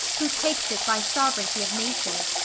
who takes it by sovereignty of nature.